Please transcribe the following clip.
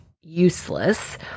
useless